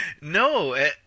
No